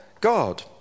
God